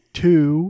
two